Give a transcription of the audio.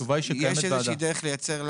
יש איזה שהיא דרך לייצר לנו,